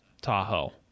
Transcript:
Tahoe